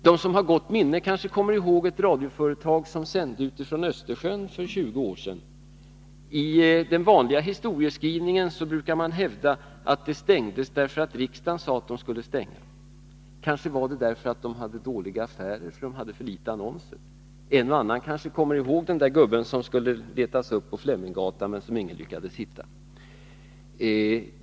De som har gott minne kanske kommer ihåg ett radioföretag som sände från Östersjön för tjugo år sedan. I den vanliga historieskrivningen brukar man hävda att radiosändningarna stängdes därför att riksdagen sade att de skulle stängas — men kanske var det därför att företaget hade dåliga affärer, för litet annonser. En och annan kanske kommer ihåg den gubbe som skulle letas upp på Fleminggatan men som ingen lyckades hitta.